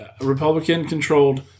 Republican-controlled